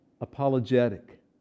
apologetic